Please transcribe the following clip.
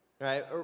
Right